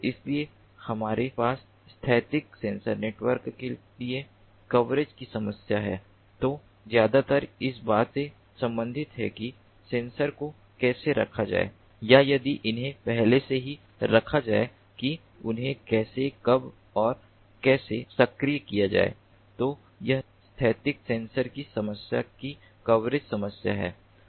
इसलिए हमारे पास स्थैतिक सेंसर नेटवर्क के लिए कवरेज की समस्या है जो ज्यादातर इस बात से संबंधित है कि सेंसर को कैसे रखा जाए या यदि उन्हें पहले से ही रखा जाए कि उन्हें कैसे कब और कैसे सक्रिय किया जाए तो यह स्थैतिक सेंसर की समस्या की कवरेज समस्या है